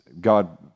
God